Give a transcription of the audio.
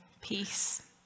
peace